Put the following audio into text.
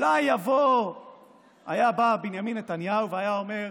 אז אולי היה בא בנימין נתניהו והיה אומר: